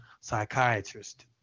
psychiatrist